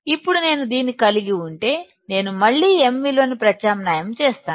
ఇప్పుడు నేను దీన్ని కలిగి ఉంటే నేను మళ్ళీ m విలువను ప్రత్యామ్నాయం చేస్తాను